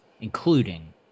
including